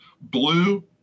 blue